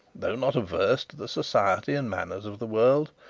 though not averse to the society and manners of the world,